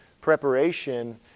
preparation